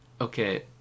Okay